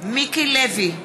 מיקי לוי,